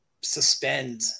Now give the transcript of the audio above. suspend